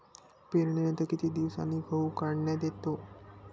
पेरणीनंतर किती दिवसांनी गहू काढण्यात येतो?